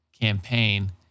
campaign